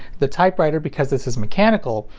the typewriter, because this is mechanical,